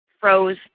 froze